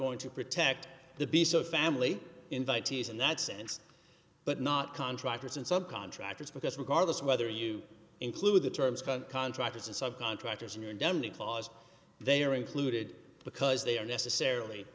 going to protect the base of family invitees in that sense but not contractors and subcontractors because regardless of whether you include the terms contractors and subcontractors an indemnity clause they are included because they are necessarily